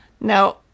Now